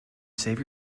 save